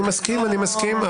אני מסכים.